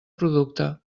producte